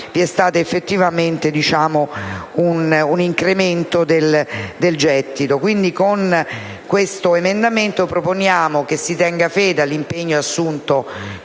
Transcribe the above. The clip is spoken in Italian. vi è stato effettivamente un incremento del gettito. Quindi, con l'emendamento 1.32 proponiamo di tenere fede all'impegno assunto